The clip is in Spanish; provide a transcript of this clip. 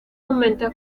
aumenta